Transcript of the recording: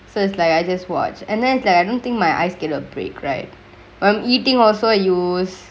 so it's like I just watch and then like I don't think my eyes get a break right from eatingk also use